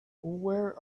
where